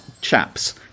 chaps